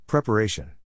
Preparation